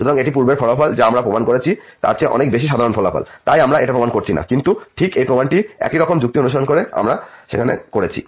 সুতরাং এটি পূর্বের ফলাফল যা আমরা প্রমাণ করেছি তার চেয়ে অনেক বেশি সাধারণ ফলাফল তাই আমরা এটা প্রমাণ করছি না কিন্তু ঠিক সেই প্রমাণটি একই রকম যুক্তি অনুসরণ করে যা আমরা সেখানে করেছি